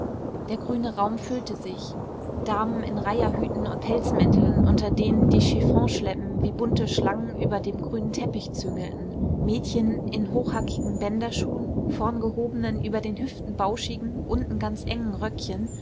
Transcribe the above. der grüne raum füllte sich damen in reiherhüten und pelzmänteln unter denen die chiffonschleppen wie bunte schlangen über dem grünen teppich züngelten mädchen in hochhackigen bänderschuhen vorn gehobenen über den hüften bauschigen unten ganz engen röckchen